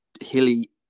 hilly